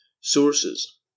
Sources